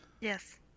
Yes